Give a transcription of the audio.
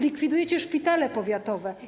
Likwidujecie szpitale powiatowe.